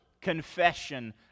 confession